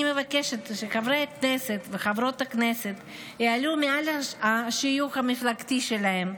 אני מבקשת שחברי כנסת וחברות הכנסת יתעלו מעל השיוך המפלגתי שלהם,